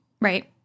Right